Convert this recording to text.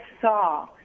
saw